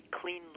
clean